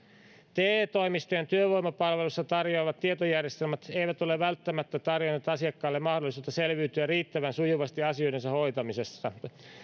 te toimistojen työvoimapalvelussa tarjoamat tietojärjestelmät eivät ole välttämättä tarjonneet asiakkaille mahdollisuutta selviytyä riittävän sujuvasti asioidensa hoitamisesta